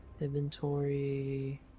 Inventory